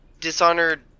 Dishonored